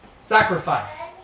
Sacrifice